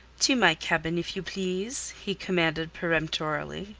to my cabin, if you please, he commanded peremptorily,